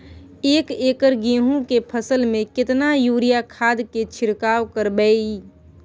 एक एकर गेहूँ के फसल में केतना यूरिया खाद के छिरकाव करबैई?